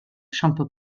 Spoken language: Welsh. sampl